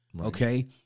Okay